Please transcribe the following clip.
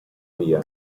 via